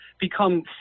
become